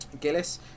Gillis